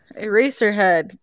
Eraserhead